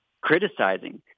criticizing